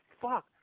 Fuck